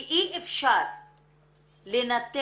כי אי אפשר לנתק